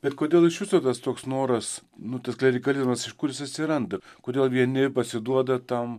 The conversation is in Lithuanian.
bet kodėl iš viso tas toks noras nu tas klerikalizmas iš kur jis atsiranda kodėl vieni pasiduoda tam